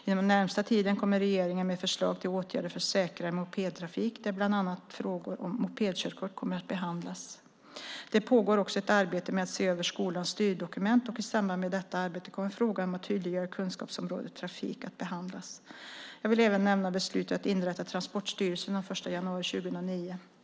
Inom den närmaste tiden kommer regeringen med förslag till åtgärder för säkrare mopedtrafik där bland annat frågor om mopedkörkort kommer att behandlas. Det pågår också ett arbete med att se över skolans styrdokument, och i samband med detta arbete kommer frågan om att tydliggöra kunskapsområdet trafik att behandlas. Jag vill även nämna beslutet att inrätta Transportstyrelsen den 1 januari 2009.